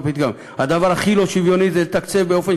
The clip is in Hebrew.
בפתגם: הדבר הכי לא שוויוני זה לתקצב באופן